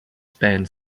span